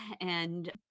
and-